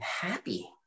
happy